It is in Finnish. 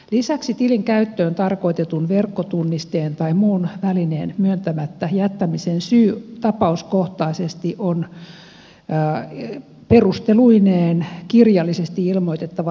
lisäksi tilin käyttöön tarkoitetun verkkotunnisteen tai muun välineen myöntämättä jättämisen syy tapauskohtaisesti on perusteluineen kirjallisesti ilmoitettava henkilölle